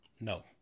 No